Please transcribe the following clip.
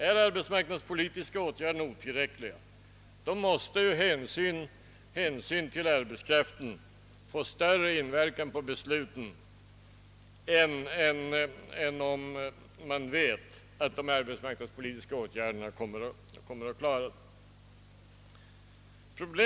Är de arbetsmarknadspolitiska åtgärderna otillräckliga måste hänsynen till arbetskraften få större inverkan på besluten än då man vet att de arbetsmarknadspolitiska åtgärderna kommer att lösa arbetskraftens problem.